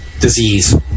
disease